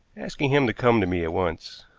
asking him to come to me at once.